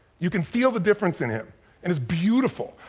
you can feel the difference in him and it's beautiful.